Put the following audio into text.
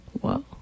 Whoa